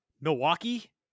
Milwaukee